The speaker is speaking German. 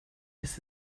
ist